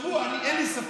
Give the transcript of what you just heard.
תחשבו, אני, אין לי ספק